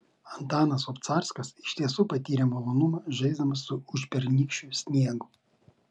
antanas obcarskas iš tiesų patyrė malonumą žaisdamas su užpernykščiu sniegu